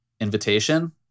Invitation